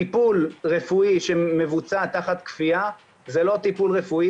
טיפול רפואי שמבוצע תחת כפיה זה לא טיפול רפואי